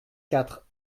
quatre